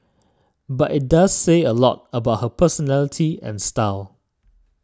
but it does say a lot about her personality and style